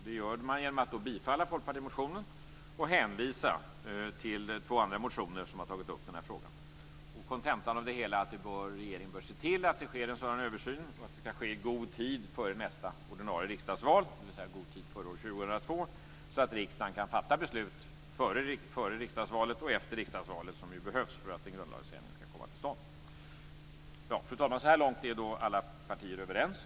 Det gör man genom att bifalla folkpartimotionen och hänvisa till två andra motioner där denna fråga har tagits upp. Kontentan av det hela är att regeringen bör se till att det sker en sådan översyn och att den skall ske i god tid före nästa ordinarie riksdagsval, dvs. i god tid före år 2002, så att riksdagen kan fatta beslut före riksdagsvalet och efter riksdagsvalet, som ju behövs för att en grundlagsändring skall komma till stånd. Fru talman! Så här långt är, såvitt jag kan se, alla partier överens.